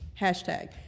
Hashtag